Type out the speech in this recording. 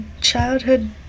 childhood